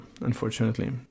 unfortunately